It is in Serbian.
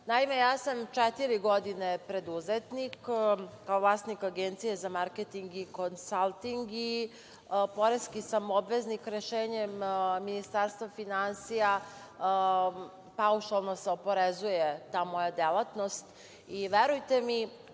Naime, ja sam četiri godine preduzetnik, kao vlasnik agencije za marketing i konsalting i poreski sam obveznik i rešenjem Ministarstva finansija, paušalno se oporezuje ta moja delatnost. Verujte mi,